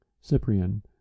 Cyprian